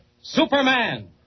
Superman